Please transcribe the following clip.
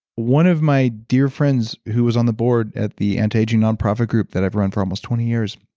one of my dear friends who is on the board at the antiaging nonprofit group that i've run for almost twenty years,